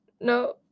no